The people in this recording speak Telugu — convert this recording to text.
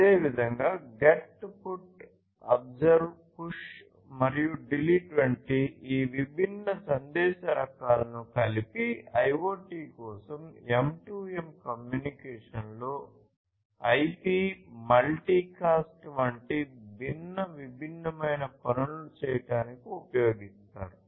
అదేవిధంగా GET PUT OBSERVE PUSH మరియు DELETE వంటి ఈ విభిన్న సందేశ రకాలను కలిపి IoT కోసం M2M కమ్యూనికేషన్లో IP మల్టీకాస్ట్ వంటి భిన్న విభిన్నమైన పనులను చేయడానికి ఉపయోగిస్తారు